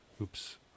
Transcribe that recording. Oops